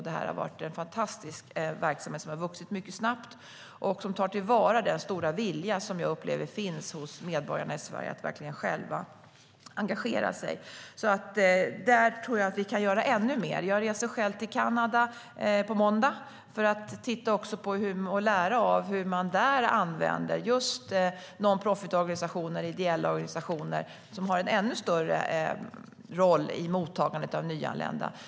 Detta har varit en fantastisk verksamhet som har vuxit mycket snabbt. Där tar man till vara den stora vilja som jag upplever finns hos medborgarna i Sverige att verkligen själva engagera sig. Där tror jag att vi kan göra ännu mer. På måndag reser jag till Kanada för att titta på och lära av hur man där använder just non profit-organisationer, ideella organisationer, som har en ännu större roll i mottagandet av nyanlända.